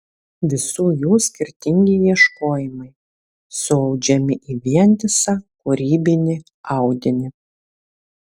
visų jų skirtingi ieškojimai suaudžiami į vientisą kūrybinį audinį